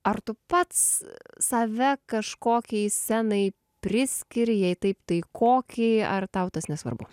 ar tu pats save kažkokiai scenai priskiri jei taip tai kokiai ar tau tas nesvarbu